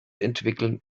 entwickeln